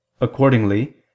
Accordingly